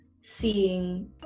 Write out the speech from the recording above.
seeing